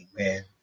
Amen